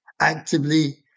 actively